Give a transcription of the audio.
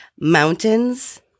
mountains